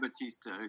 Batista